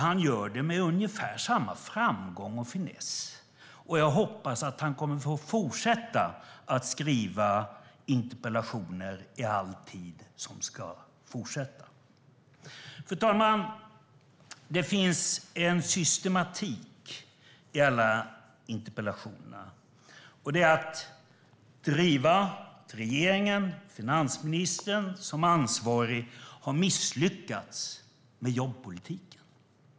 Han gör det med ungefär samma framgång och finess, och jag hoppas att han kommer att få fortsätta att skriva interpellationer för all tid framöver. Fru talman! Det finns en systematik i alla interpellationer. Det är att driva att regeringen, med finansministern som ansvarig, har misslyckats med jobbpolitiken.